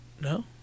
No